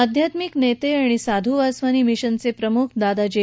अध्यात्मिक नेते आणि साधू वासवानी मिशनचे प्रमुख दादा जे